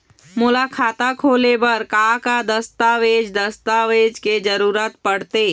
मोला खाता खोले बर का का दस्तावेज दस्तावेज के जरूरत पढ़ते?